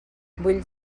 vull